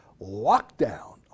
lockdown